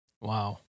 Wow